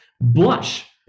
blush